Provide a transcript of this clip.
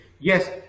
Yes